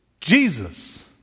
Jesus